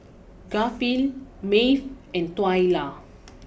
Garfield Maeve and Twyla